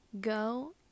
Go